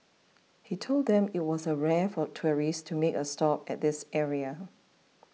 he told them that it was rare for tourists to make a stop at this area